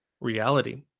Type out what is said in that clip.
reality